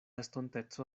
estonteco